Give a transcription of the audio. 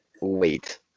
wait